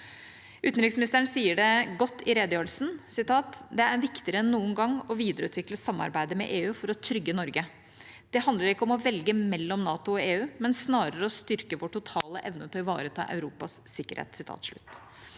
Utenriksministeren sier det godt i redegjørelsen: «Det er viktigere enn noen gang å videreutvikle samarbeidet med EU for å trygge Norge. Det handler ikke om å velge mellom NATO og EU, men snarere å styrke vår totale evne til å ivareta Europas sikkerhet.»